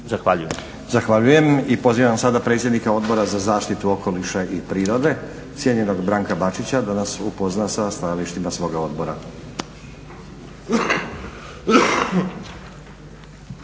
Zahvaljujem. I pozivam sada predsjednika Odbora za zaštitu okoliša i prirode cijenjenog Branka Bačića da nas upozna sa stajalištima svoga odbora.